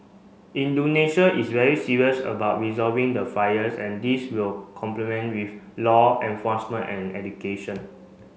Indonesia is very serious about resolving the fires and this will complement with law enforcement and education